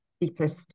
deepest